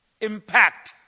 impact